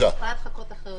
אבל אני יכולה לחכות אחרי עודד.